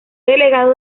delegado